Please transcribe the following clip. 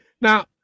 now